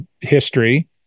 history